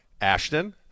Ashton